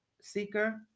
seeker